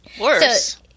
Worse